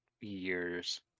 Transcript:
years